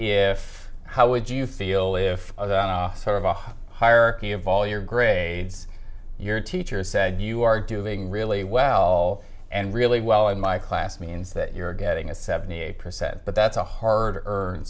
if how would you feel if sort of a hierarchy of all your grades your teacher said you are doing really well and really well in my class means that you're getting a seventy eight percent but that's a hard earn